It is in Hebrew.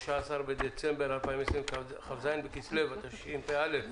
היום 13 בדצמבר 2020, כ"ז בכסלו התשפ"א.